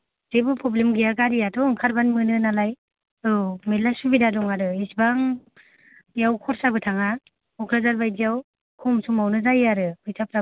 जेबो फ्रबलेम गैया गारियाथ' ओंखारबानो मोननो नालाय औ मेरला सुबिदा दं आरो इसिबां बियाव खरसाबो थाङा क'क्राझार बादियाव खम सम आवनो जायो आरो फैसा फ्राबो